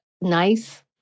Nice